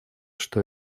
что